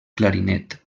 clarinet